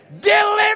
Deliver